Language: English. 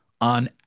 on